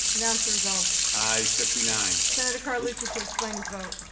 announce the result. ayes fifty nine. senator carlucci to explains his vote.